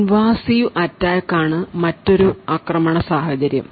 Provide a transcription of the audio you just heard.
Invasive attack ആണ് മറ്റൊരു ആക്രമണ സാഹചര്യം